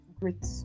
great